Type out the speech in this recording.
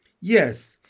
Yes